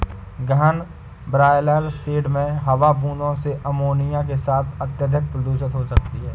गहन broiler shed में हवा बूंदों से अमोनिया के साथ अत्यधिक प्रदूषित हो सकती है